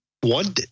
one